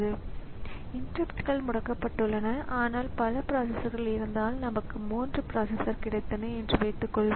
எனவே இது வன்பொருள் மற்றும் மென்பொருளுக்கு இடையில் உள்ள இடைநிலை ஆகும் அதனால்தான் இது ஒரு ஃபார்ம்வேர் என்று அழைக்கப்படுகிறது